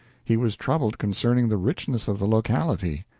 he was troubled concerning the richness of the locality.